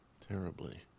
terribly